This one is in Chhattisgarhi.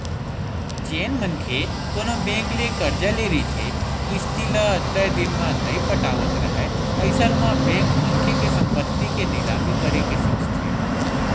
जेन मनखे कोनो बेंक ले करजा ले रहिथे किस्ती ल तय दिन म नइ पटावत राहय अइसन म बेंक मनखे के संपत्ति के निलामी करे के सोचथे